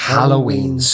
Halloween